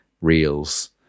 Reels